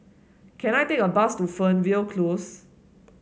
can I take a bus to Fernvale Close